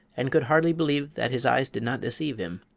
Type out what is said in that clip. and could hardly believe that his eyes did not deceive him.